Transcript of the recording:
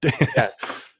Yes